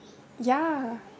ya